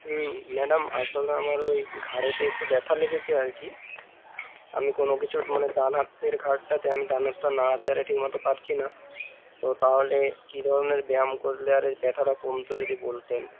হুম madam আসলে আমার ওই ঘাড়েতে একটু ব্যথা লেগেছে আর কি আমি কোনো কিছুর মানে ডান হাতের ঘাড়টাতে আমি ডান হাতটা নাড়াতে আরে ঠিকমতো পারছি না তো তাহলে কী ধরনের ব্যায়াম করলে আরে এই ব্যথাটা কমত যদি বলতেন